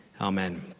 Amen